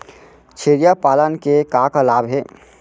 छेरिया पालन के का का लाभ हे?